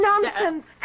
nonsense